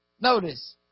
Notice